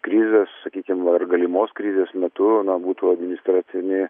krizės sakykim ar galimos krizės metu na būtų administracinė